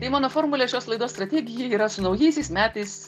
tai mano formulė šios laidos strategija yra su naujaisiais metais